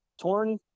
torn